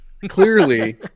Clearly